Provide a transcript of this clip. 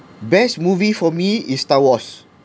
best movie for me is star wars